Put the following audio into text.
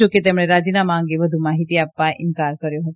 જા કે તેમણે રાજીનામાં અંગે વધુ માહિતી આપવા ઈન્કાર કર્યો હતો